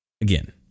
again